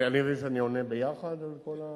אני מבין שאני עונה ביחד על כל,